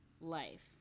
life